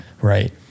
right